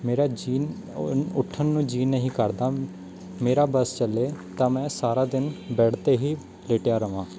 ਮੇਰਾ ਜੀਨ ਉੱਠਣ ਨੂੰ ਜੀ ਨਹੀਂ ਕਰਦਾ ਮੇਰਾ ਬਸ ਚੱਲੇ ਤਾਂ ਮੈਂ ਸਾਰਾ ਦਿਨ ਬੈਡ 'ਤੇ ਹੀ ਲੇਟਿਆ ਰਹਾਂ